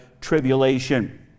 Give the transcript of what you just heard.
tribulation